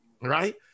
right